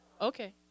Okay